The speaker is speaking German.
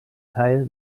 teil